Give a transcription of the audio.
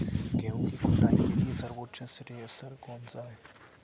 गेहूँ की कुटाई के लिए सर्वोत्तम थ्रेसर कौनसा है?